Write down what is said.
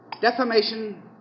defamation